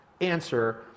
answer